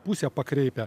pusę pakreipia